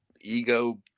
ego